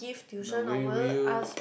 in a way will you